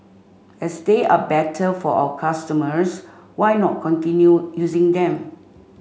as they are better for our customers why not continue using them